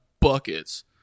buckets